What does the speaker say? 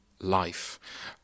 life